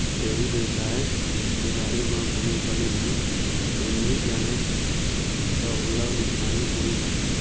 dairy बेवसाय के बारे म कोनो बने ढंग ले नइ जानय त ओला नुकसानी होइ जाथे